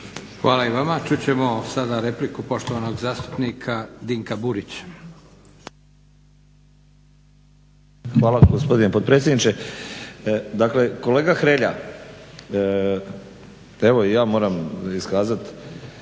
Hvala i vama. Čut ćemo sada repliku poštovanog zastupnika Dinka Burića. **Burić, Dinko (HDSSB)** Hvala gospodine potpredsjedniče. Dakle, kolega Hrelja pa evo i ja moram iskazati